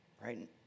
right